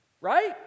Right